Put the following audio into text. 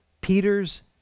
Peter's